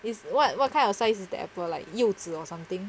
is what what kind of size the apple like 柚子 or something